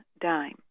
dime